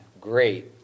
great